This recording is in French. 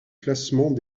classement